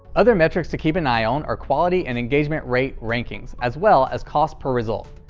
other metrics to keep an eye on are quality and engagement rate rankings, as well as cost per result.